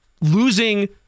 losing